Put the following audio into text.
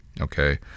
okay